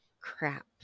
crap